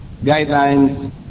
guidelines